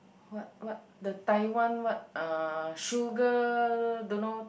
what what the Taiwan what uh sugar don't know